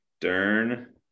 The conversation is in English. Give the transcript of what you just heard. Dern